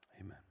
Amen